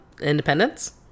independence